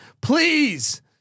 Please